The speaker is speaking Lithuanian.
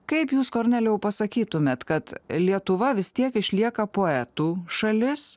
kaip jūs kornelijau pasakytumėt kad lietuva vis tiek išlieka poetų šalis